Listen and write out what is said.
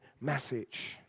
message